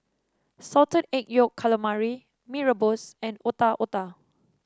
Salted Egg Yolk Calamari Mee Rebus and Otak Otak